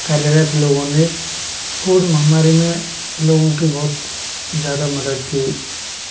कार्यरत लोगों ने कोविड महामारी में लोगों की बहुत ज़्यादा मदद की